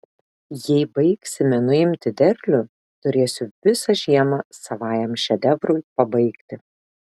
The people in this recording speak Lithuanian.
jei baigsime nuimti derlių turėsiu visą žiemą savajam šedevrui pabaigti